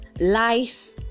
life